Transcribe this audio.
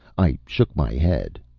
i shook my head.